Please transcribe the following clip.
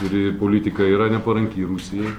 ir politika yra neparanki rusijai